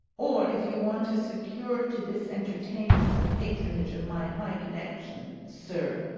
or if you want to secure to this entertainment the patronage of my high connexion, sir,